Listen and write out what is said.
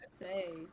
say